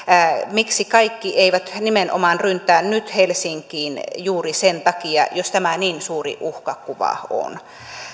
miksi kaikki eivät nimenomaan ryntää nyt helsinkiin juuri sen takia jos tämä niin suuri uhkakuva on